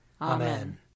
Amen